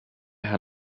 had